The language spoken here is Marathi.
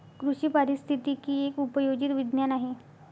कृषी पारिस्थितिकी एक उपयोजित विज्ञान आहे